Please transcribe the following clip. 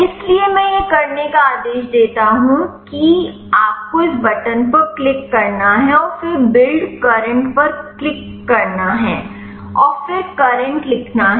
इसलिए मैं यह करने का आदेश देता हूं कि आपको इस बटन पर क्लिक करना है और फिर बिल्ड करंट पर क्लिक करना है और फिर करंट लिखना है